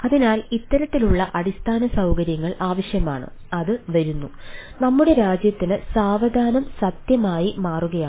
അതിനാൽ ഇത്തരത്തിലുള്ള അടിസ്ഥാന സൌകര്യങ്ങൾ ആവശ്യമാണ് അത് വരുന്നു നമ്മുടെ രാജ്യത്തിന് സാവധാനം സത്യമായി മാറുകയാണ്